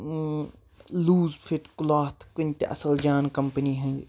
loose fit cloth کُنہِ تہِ اَصٕل جان کَمپٔنی ہِندۍ